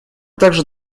также